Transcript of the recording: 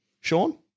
Sean